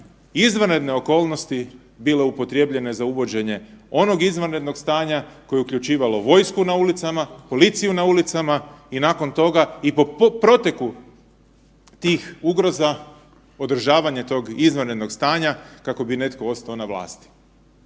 izvanredne okolnosti bile upotrijebljene za uvođenje onog izvanrednog stanja koje je uključivalo vojsku na ulicama, policiju na ulicama i nakon toga i po proteku tih ugroza održavanje tog izvanrednog stanja kako bi netko ostao na vlasti.